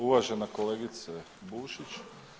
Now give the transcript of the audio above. Uvažena kolegice Bušić.